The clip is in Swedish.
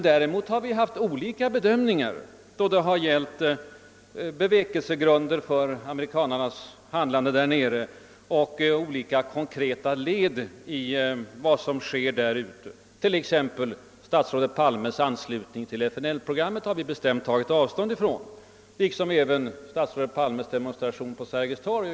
Däremot har vi haft olika bedömningar när det gäller bevekelsegrunderna för amerikanernas handlande i Vietnam och när det gäller olika konkreta led i skeendet där ute. Mitt parti har tagit bestämt avstånd från statsrådet Palmes anslutning till FNL-programmet och hans demonstration på Sergels torg.